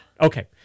Okay